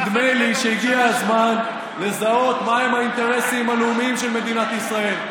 נדמה לי שהגיע הזמן לזהות מהם האינטרסים הלאומיים של מדינת ישראל,